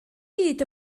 hyd